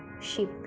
sheep